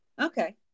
Okay